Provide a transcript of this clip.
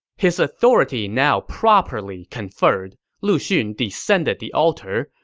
his authority now properly conferred, lu xun descended the altar,